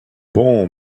bon